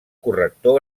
corrector